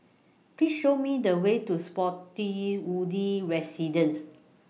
Please Show Me The Way to Spottiswoode Residences